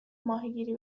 ماهیگیری